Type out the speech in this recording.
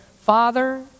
Father